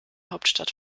hauptstadt